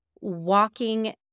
Walking